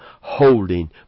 holding